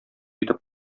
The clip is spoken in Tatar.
итеп